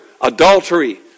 adultery